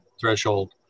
threshold